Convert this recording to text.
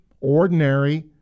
ordinary